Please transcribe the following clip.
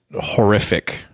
horrific